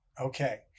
Okay